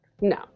No